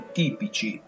tipici